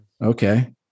okay